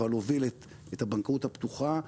אבל הוביל את הבנקאות הפתוחה,